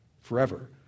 forever